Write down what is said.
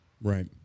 Right